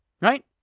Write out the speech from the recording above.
Right